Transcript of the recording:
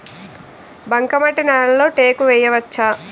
బంకమట్టి నేలలో టేకు వేయవచ్చా?